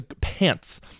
pants